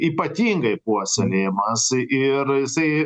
ypatingai puoselėjamas ir jisai